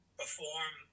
perform